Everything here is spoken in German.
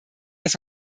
das